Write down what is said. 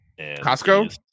Costco